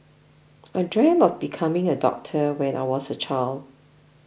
I dreamt of becoming a doctor when I was a child